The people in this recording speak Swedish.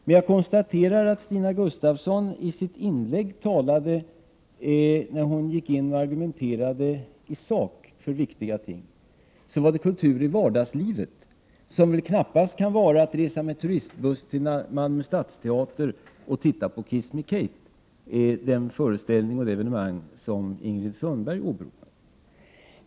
Men jag noterade att när Stina Gustavsson gick in och argumenterade i sak för viktiga ting, var det kultur i vardagslivet. Det kan väl knappast vara att resa med turistbuss till Malmö Stadsteater och titta på ”Kiss me Kate”, det evenemang som Ingrid Sundberg åberopade.